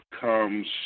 comes